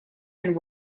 and